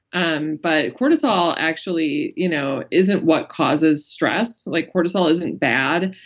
um but cortisol actually you know isn't what causes stress. like cortisol isn't bad.